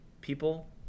people